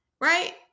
right